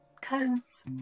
cause